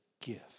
gift